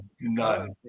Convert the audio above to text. none